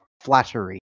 flattery